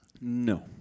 No